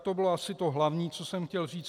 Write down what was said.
To bylo asi to hlavní, co jsem chtěl říct.